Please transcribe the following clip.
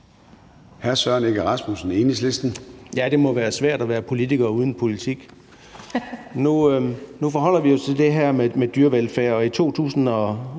Søren Egge Rasmussen (EL): Ja, det må være svært at være politiker uden politik. Nu forholder vi os jo til det her med dyrevelfærd, og i 2021